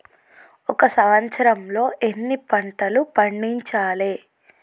ఒక సంవత్సరంలో ఎన్ని పంటలు పండించాలే?